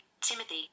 Timothy